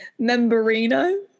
Membrino